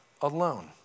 alone